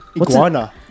iguana